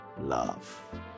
love